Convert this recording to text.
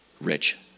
rich